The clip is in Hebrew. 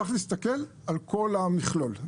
צריך להסתכל על כל המכלול.